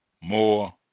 more